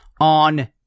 on